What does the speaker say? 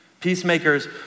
Peacemakers